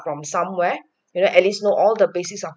from somewhere you know at least know all the basics or